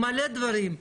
הרבה דברים.